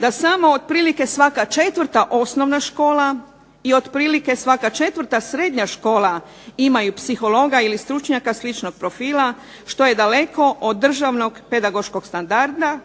da samo otprilike svaka četvrta osnovna škola i otprilike svaka četvrta srednja škola imaju psihologa ili stručnjaka sličnog profila što je daleko od državnog pedagoškog standarda